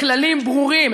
כללים ברורים.